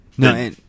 No